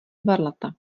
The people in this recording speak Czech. varlata